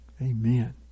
Amen